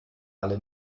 alle